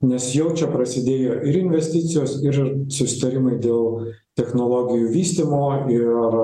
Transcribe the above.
nes jau čia prasidėjo ir investicijos ir susitarimai dėl technologijų vystymo ir